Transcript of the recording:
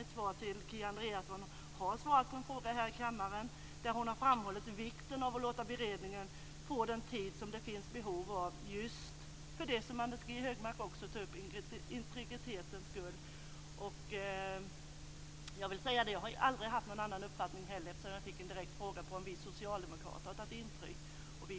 ett svar till Kia Andreasson har justitieministern här i kammaren svarat på en fråga. Hon framhöll då vikten av att låta beredningen få den tid som det finns behov av just för, som också Anders G Högmark tog upp, integritetens skull. Jag har aldrig haft någon annan uppfattning - jag fick ju en direkt fråga om inte vi socialdemokrater har tagit intryck här.